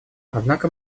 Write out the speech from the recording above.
однако